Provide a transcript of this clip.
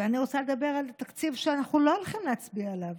ואני רוצה לדבר על התקציב שאנחנו לא הולכים להצביע עליו,